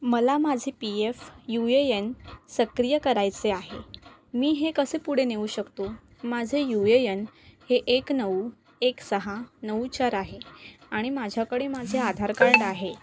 मला माझे P F U A N सक्रिय करायचे आहे मी हे कसे पुढे नेऊ शकतो माझे यू ए यन हे एक नऊ एक सहा नऊ चार आहे आणि माझ्याकडे माझे आधार कार्ड आहे